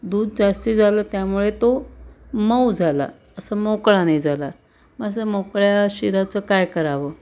दूध जास्त झालं त्यामुळे तो मऊ झाला असं मोकळा नाही झाला मग असं मोकळ्या शिऱ्याचं काय करावं